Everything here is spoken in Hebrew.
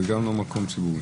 זה גם לא מקום ציבורי?